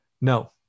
No